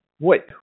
Wait